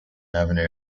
avenue